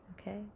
Okay